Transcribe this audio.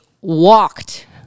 walked